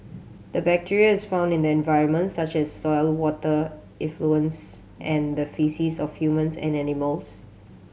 the bacteria is found in the environment such as soil water effluents and the faeces of humans and animals